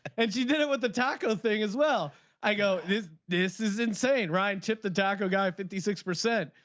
and she did it with the tackle thing as well. i go. this this is insane. ryan tip the tackle guy. fifty six percent.